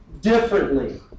differently